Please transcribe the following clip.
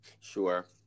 sure